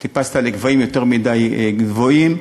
טיפסת לגבהים יותר מדי גבוהים,